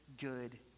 good